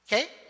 Okay